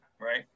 right